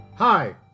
Hi